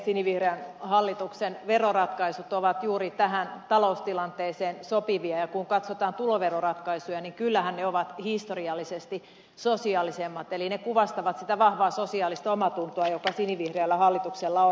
sinivihreän hallituksen veroratkaisut ovat juuri tähän taloustilanteeseen sopivia ja kun katsotaan tuloveroratkaisuja niin kyllähän ne ovat historiallisesti sosiaalisemmat eli ne kuvastavat sitä vahvaa sosiaalista omaatuntoa joka sinivihreällä hallituksella on